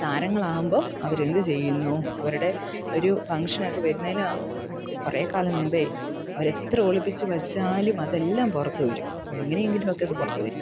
താരങ്ങളാവുമ്പോൾ അവരെന്തു ചെയ്യുന്നുവോ അവരുടെ ഒരു ഫംഗ്ഷനൊക്കെ വരുന്നതിന് കുറേക്കാലം മുമ്പേ അവരെത്ര ഒളിപ്പിച്ചു വെച്ചാലും അതെല്ലാം പുറത്തു വരും അതെങ്ങനെയെങ്കിലും ഒക്കെ അത് പുറത്ത് വരും